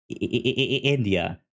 india